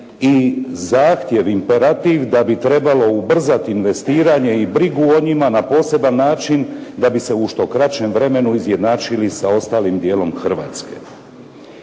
i zahtjev, imperativ da bi trebalo ubrzati investiranje i brigu o njima na poseban način da bi se u što kraćem vremenu izjednačili sa ostalim dijelom Hrvatske.